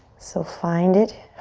so find it.